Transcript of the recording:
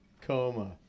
Coma